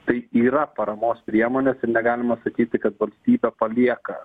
tai yra paramos priemonėsir negalima sakyti kad valstybė palieka